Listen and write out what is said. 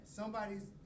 somebody's